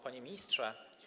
Panie Ministrze!